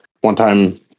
one-time